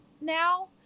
now